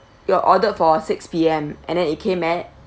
you're ordered for six P_M and then it came at